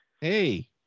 Hey